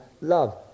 love